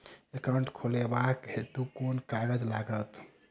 Account खोलाबक हेतु केँ कागज लागत?